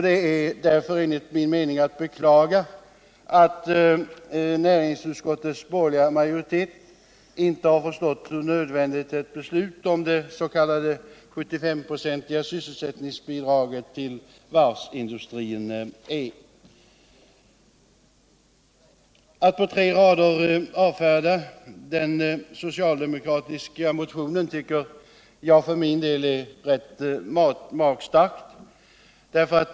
Det är därför enligt min mening att beklaga att näringsutskottets borgerliga majoritet inte har förstått hur nödvändigt ett beslut om det s.k. 75-procentiga sysselsättningsbidraget till varvsindustrin är. Att på tre rader avfärda den socialdemokratiska motionen tycker jag för min del är rätt magstarkt.